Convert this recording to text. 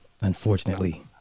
Unfortunately